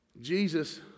Jesus